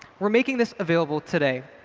we're making this available today.